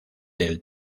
del